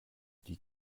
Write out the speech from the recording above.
die